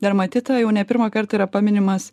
dermatitą jau ne pirmą kartą yra paminimas